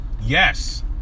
Yes